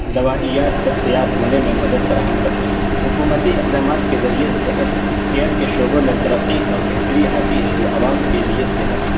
دوائیات دستیاب ہونے میں مدد فراہم کرتی ہیں حکومتی اقدامات کے ذریعے صحت کیئر کے شعبے میں ترقی اور بہتری آتی ہے جو عوام کے لیے صحت